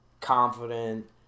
Confident